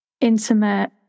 intimate